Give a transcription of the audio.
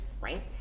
Right